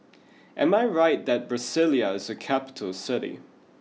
am I right that Brasilia is a capital city